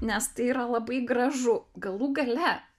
nes tai yra labai gražu galų gale